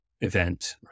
event